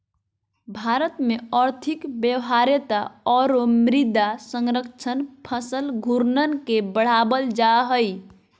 भारत में और्थिक व्यवहार्यता औरो मृदा संरक्षण फसल घूर्णन के बढ़ाबल जा हइ